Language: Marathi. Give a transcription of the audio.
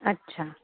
अच्छा